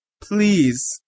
Please